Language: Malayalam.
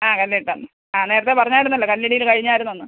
ആ കല്ലിട്ടന്ന് ആ നേരത്തെ പറഞ്ഞായിരുന്നല്ലോ കല്ലിടീൽ കഴിഞ്ഞായിരുന്നെന്ന്